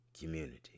community